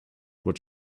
what